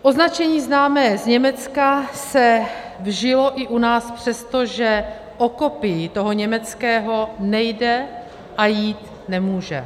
Označení známé z Německa se vžilo i u nás, přestože o kopii toho německého nejde a jít nemůže.